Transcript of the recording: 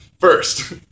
First